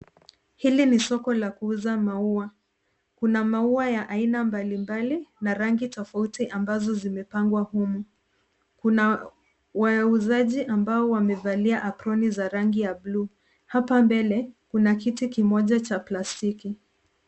Hili ni soko la kuuza maua. Kuna maua ya aina mablimbali na rangi tofauti ambazo zimepangwa humu. Kuna wauzaji ambao wamevalia aproni za rangi ya cs blue cs. Hapa mbele, kuna kiti kimoja cha plastiki.